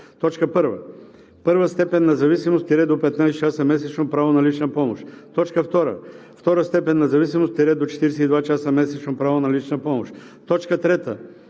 подкрепа: 1. първа степен на зависимост – до 15 часа месечно право на лична помощ; 2. втора степен на зависимост – до 42 часа месечно право на лична помощ; 3.